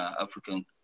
African